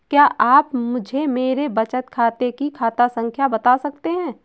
क्या आप मुझे मेरे बचत खाते की खाता संख्या बता सकते हैं?